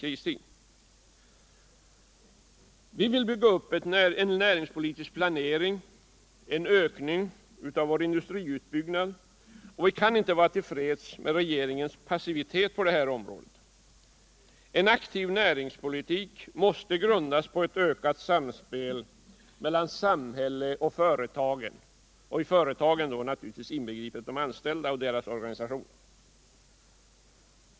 Vi socialdemokrater vill bygga upp en näringspolitisk plancring för en ökning av landets industriutbyggnad och kan ej vara till freds med regeringens passivitet på detta område. En aktiv näringspolitisk planering måste grundas på ett ökat samspel mellan samhället och företagen, då inbegripet de anställda och deras organisationer.